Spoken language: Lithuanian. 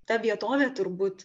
ta vietovė turbūt